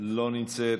לא נמצאת,